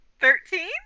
Thirteen